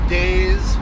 days